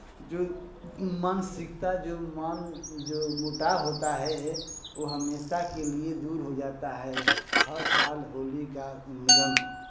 जो मानसिकता जो मान जो मोटाव होता है वो हमेशा के लिए दूर हो जाता है हर साल होली का मिलन